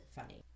funny